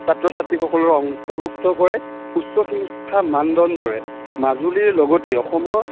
ছাত্ৰ ছাত্ৰীসকলক অন্তৰ্ভূক্ত কৰাই উচ্চ শিক্ষাৰ মানদণ্ডৰে মাজুলীৰ লগতে অসমৰ